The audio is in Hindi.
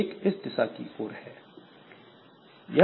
एक इस दिशा की ओर है